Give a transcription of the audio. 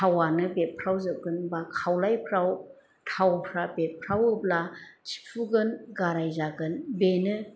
थावानो बेरफ्रावजोबगोन बा खावलायफ्राव थावफ्रा बेरफ्रावोब्ला थिफुगोन गाराय जागोन बेनो